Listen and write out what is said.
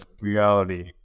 reality